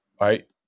right